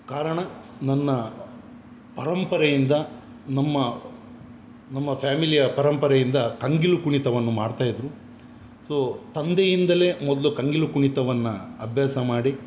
ಕಾರಣ ನನ್ನ ಪರಂಪರೆಯಿಂದ ನಮ್ಮ ನಮ್ಮ ಫ್ಯಾಮಿಲಿಯ ಪರಂಪರೆಯಿಂದ ಕಂಗಿಲು ಕುಣಿತವನ್ನು ಮಾಡ್ತ ಇದ್ದರು ಸೊ ತಂದೆಯಿಂದಲೆ ಮೊದಲು ಕಂಗಿಲು ಕುಣಿತವನ್ನು ಅಭ್ಯಾಸ ಮಾಡಿ